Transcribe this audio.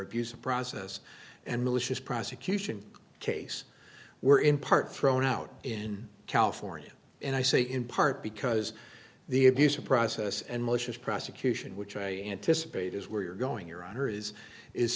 abuse of process and malicious prosecution case were in part thrown out in california and i say in part because the abuse of process and malicious prosecution which i anticipate is where you're going your honor is is